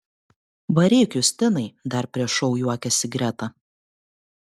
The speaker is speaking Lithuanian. varyk justinai dar prieš šou juokėsi greta